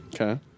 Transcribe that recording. Okay